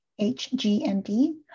HGMD